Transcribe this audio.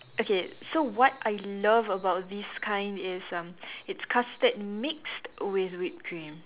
okay so what I love about this kind is um it's custard mixed with whip cream